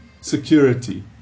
security